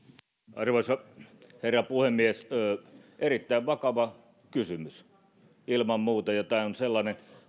arvoisa herra puhemies tämä on erittäin vakava kysymys ilman muuta ja sellainen